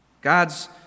God's